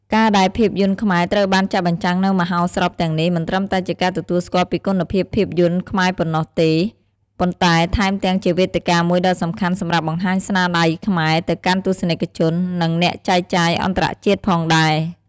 ការដែលភាពយន្តខ្មែរត្រូវបានចាក់បញ្ចាំងនៅមហោស្រពទាំងនេះ មិនត្រឹមតែជាការទទួលស្គាល់ពីគុណភាពភាពយន្តខ្មែរប៉ុណ្ណោះទេ ប៉ុន្តែថែមទាំងជាវេទិកាមួយដ៏សំខាន់សម្រាប់បង្ហាញស្នាដៃខ្មែរទៅកាន់ទស្សនិកជន និងអ្នកចែកចាយអន្តរជាតិផងដែរ។